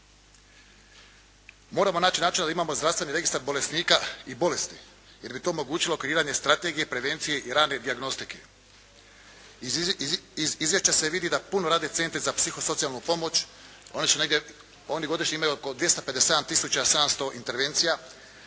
Moramo naći načina da imamo zdravstveni registar bolesnika i bolesti jer bi to omogućilo kreiranje strategije prevencije i rane dijagnostike. Iz izvješća se vidi da puno rade centri za psihosocijalnu pomoć. Oni su negdje, oni godišnje imaju oko 257 tisuća 700 intervencija,